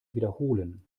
wiederholen